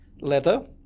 leather